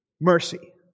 mercy